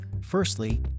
Firstly